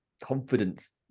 confidence